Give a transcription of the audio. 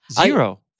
Zero